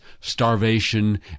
starvation